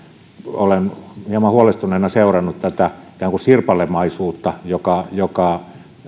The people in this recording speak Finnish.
olen hieman huolestuneena seurannut tätä ikään kuin sirpalemaisuutta joka joka